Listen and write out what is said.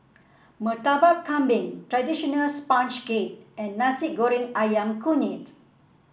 Murtabak Kambing traditional sponge cake and Nasi Goreng ayam kunyit